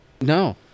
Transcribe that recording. No